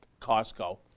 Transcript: Costco